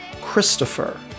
Christopher